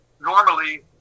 normally